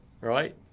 Right